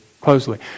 closely